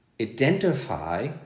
identify